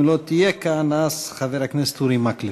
אם לא תהיה כאן, חבר הכנסת אורי מקלב.